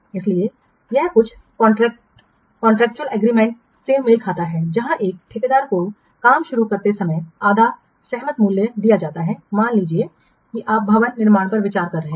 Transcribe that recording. इसलिए यह कुछ कांट्रेक्चुअल एग्रीमेंटस से मेल खाता है जहां एक ठेकेदार को काम शुरू करते समय आधा सहमत मूल्य दिया जाता है मान लीजिए कि आप भवन निर्माण पर विचार कर रहे हैं